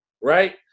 right